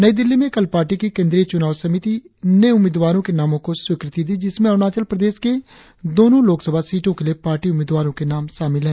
नई दिल्ली में कल पार्टी की केंद्रीय चुनाव समिति ने उम्मीदवारों के नामो की स्वीक़ति दी जिसमें अरुणाचल प्रदेश के दोनो लोकसभा सीटों के लिए पार्टी उम्मीदवारों के नाम शामिल है